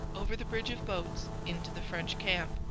over the bridge of boats, into the french camp.